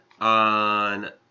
on